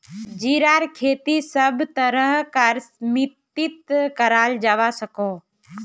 जीरार खेती सब तरह कार मित्तित कराल जवा सकोह